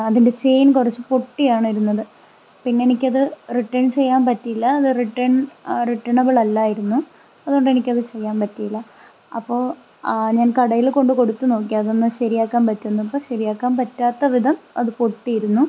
അതിൻ്റെ ചെയിൻ കുറച്ച് പൊട്ടിയാണ് ഇരുന്നത് പിന്നെ എനിക്കത് റിട്ടേൺ ചെയ്യാൻ പറ്റിയില്ല അത് റിട്ടേൺ റിട്ടേണബിൾ അല്ലായിരുന്നു അതുകൊണ്ട് എനിക്കത് ചെയ്യാൻ പറ്റിയില്ല അപ്പോൾ ഞാൻ കടയിൽ കൊണ്ട് കൊടുത്ത് നോക്കി അതൊന്ന് ശരിയാക്കാൻ പറ്റുമോ എന്ന് അപ്പോൾ ശരിയാക്കാൻ പറ്റാത്ത വിധം അത് പൊട്ടിയിരുന്നു